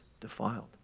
defiled